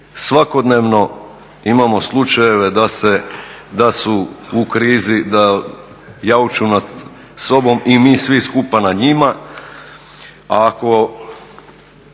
svakodnevno imamo slučajeve da su u krizi, da jauču nad sobom i mi svi skupa nad njima.